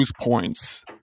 points